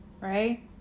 right